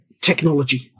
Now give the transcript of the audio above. Technology